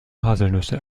haselnüsse